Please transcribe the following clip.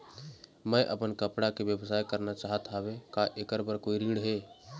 मैं अपन कपड़ा के व्यवसाय करना चाहत हावे का ऐकर बर कोई ऋण हे?